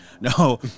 No